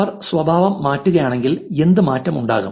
അവർ സ്വഭാവം മാറ്റുകയാണെങ്കിൽ എന്ത് മാറ്റം ഉണ്ടാകും